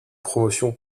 promotion